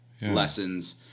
lessons